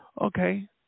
okay